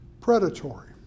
predatory